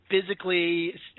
physically